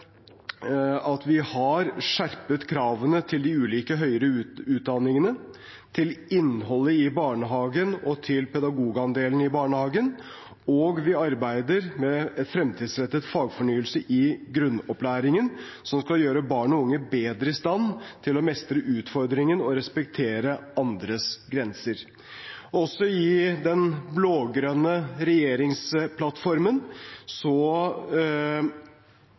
at vi har skjerpet kravene til de ulike høyere utdanningene, til innholdet i barnehagen og til pedagogandelen i barnehagen, og vi arbeider med en fremtidsrettet fagfornyelse i grunnopplæringen som skal gjøre barn og unge bedre i stand til å mestre utfordringene og respektere andres grenser. Også i den blå-grønne regjeringsplattformen